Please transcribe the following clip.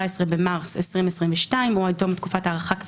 התשפ"ג 2023 תיקון סעיף 1 1. בחוק חדלות